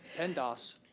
and dos.